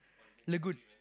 lagoon